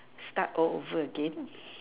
start all over again